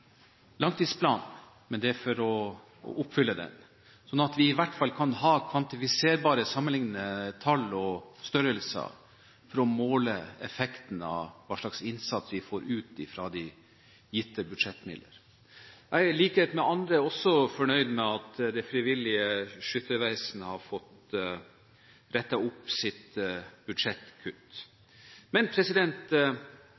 langtidsplanen, men det er for å oppfylle den, sånn at vi i hvert fall kan ha kvantifiserbare, sammenlignbare tall og størrelser for å måle effekten av hva slags innsats vi får ut av de gitte budsjettmidler. Jeg er i likhet med andre også fornøyd med at Det frivillige Skyttervesen har fått rettet opp sitt